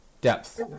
Depth